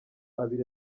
abiri